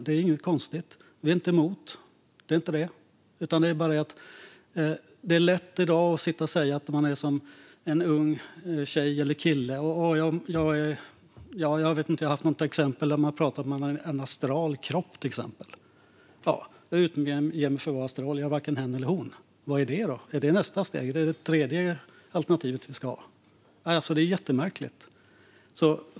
Det är inget konstigt. Vi är inte emot. Det är bara att det är lätt att säga att man är som en ung tjej eller kille eller - jag har stött på ett sådant exempel - en astralkropp. Man utger sig alltså för att vara astral. Då är man varken han eller hon, så vad är man då? Är det nästa steg, det tredje alternativet? Det är jättemärkligt.